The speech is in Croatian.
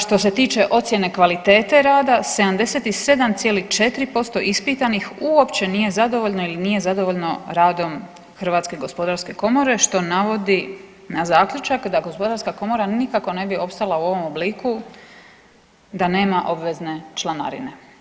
Što se tiče ocjene kvalitete rada 77,4% ispitanih uopće nije zadovoljno ili nije zadovoljno radom HGK što navodi na zaključak da gospodarska komora nikako ne bi opstala u ovom obliku da nema obvezne članarine.